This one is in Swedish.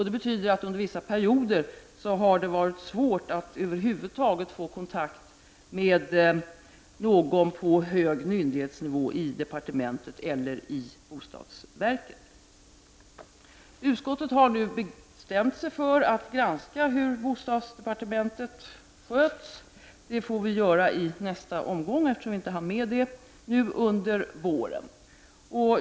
Det betyder att det under vissa perio der har varit svårt att över huvud taget få kontakt med någon på hög myndighetsnivå i departementet eller i bostadsverket. Utskottet har nu bestämt sig för att granska hur bostadsdepartementet sköts. Det får vi göra i nästa omgång, eftersom vi inte hann med det under våren.